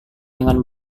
dengan